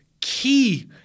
key